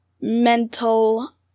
mental